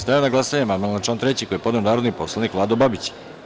Stavljam na glasanje amandman na član 3. koji je podneo narodni poslanik Vlado Babić.